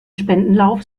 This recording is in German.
spendenlauf